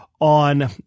on